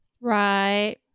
Right